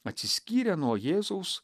atsiskyrę nuo jėzaus